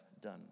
done